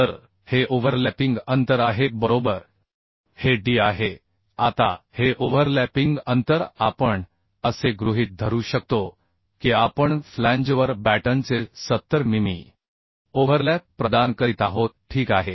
तर हे ओव्हरलॅपिंग अंतर आहे बरोबर हे d आहे आता हे ओव्हरलॅपिंग अंतर आपण असे गृहीत धरू शकतो की आपण फ्लॅंजवर बॅटनचे 70 मिमी ओव्हरलॅप प्रदान करीत आहोत ठीक आहे